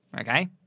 Okay